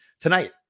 tonight